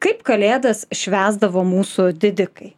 kaip kalėdas švęsdavo mūsų didikai